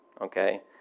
Okay